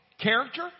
character